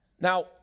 Now